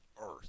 earth